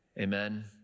Amen